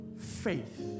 faith